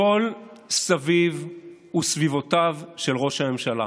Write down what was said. הכול סביבו ובסביבותיו של ראש הממשלה.